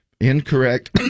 incorrect